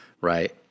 right